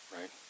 Right